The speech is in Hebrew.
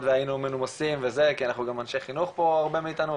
והיינו מנומסים כי אנחנו גם אנשי חינוך פה הרבה מאיתנו,